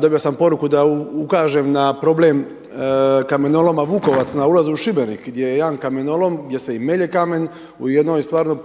Dobio sam poruku da ukažem na problem Kamenoloma Vukovac na ulazu u Šibenik gdje je jedan kamenolom, gdje se i melje kamen u jednoj stvarnoj